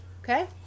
Okay